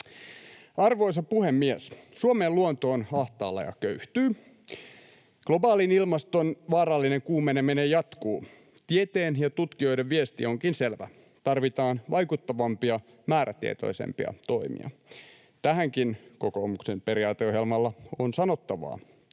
Arvoisa puhemies! Suomen luonto on ahtaalla ja köyhtyy. Globaalin ilmaston vaarallinen kuumeneminen jatkuu. Tieteen ja tutkijoiden viesti onkin selvä: tarvitaan vaikuttavampia, määrätietoisempia toimia. Tähänkin kokoomuksen periaateohjelmalla on sanottavaa: